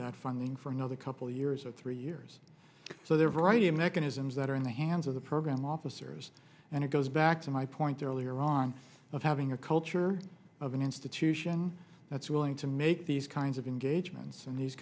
that funding for another couple of years or three years so they're variety of mechanisms that are in the hands of the program officers and it goes back to my point earlier on of having a culture of an institution that's willing to make these kinds of engagements and these